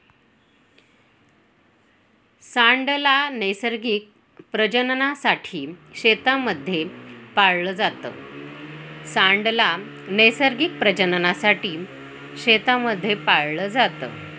सांड ला नैसर्गिक प्रजननासाठी शेतांमध्ये पाळलं जात